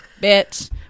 bitch